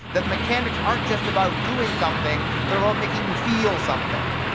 that the mechanics aren't just about doing something, they're about making you feel something.